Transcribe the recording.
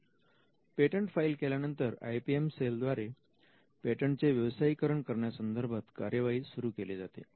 येईल patent file केल्यानंतर I P M cell द्वारे पेटंट चे व्यवसायीकरण करण्या संदर्भात कार्यवाही सुरू केली जाते